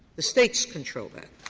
the state's control that.